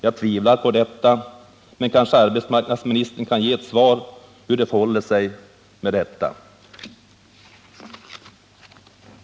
Jag tvivlar på det, men kanske arbetsmarknadsministern här kan ge ett besked om hur det förhåller sig med den saken.